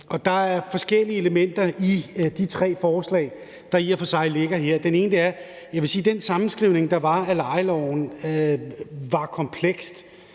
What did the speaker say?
Der er forskellige elementer i de tre forslag, der i og for sig ligger her. Det ene er den sammenskrivning, der blev gjort af lejeloven, som var kompleks